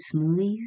smoothies